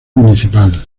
municipal